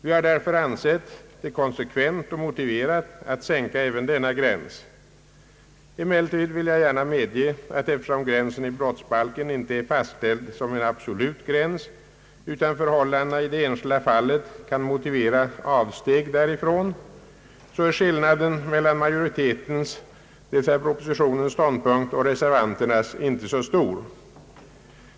Vi har därför ansett det konsekvent och motiverat att sänka även denna gräns. Emellertid vill jag gärna medge att eftersom gränsen i brottsbalken inte är fastställd som en absolut gräns, utan förhållandena i det enskilda fallet kan motivera ett avsteg därifrån, så är skillnaden mellan majoritetens, dvs. propositionens, ståndpunkt och reservanternas inte så stor.